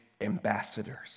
ambassadors